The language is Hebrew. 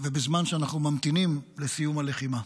ובזמן שאנחנו ממתינים לסיום הלחימה.